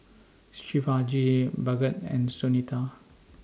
Shivaji Bhagat and Sunita